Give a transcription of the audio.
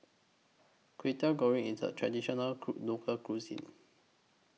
Kway Teow Goreng IS A Traditional Local Cuisine